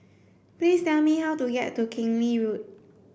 please tell me how to get to Keng Lee Road